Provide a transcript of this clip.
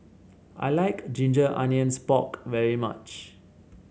I like Ginger Onions Pork very much